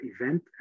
event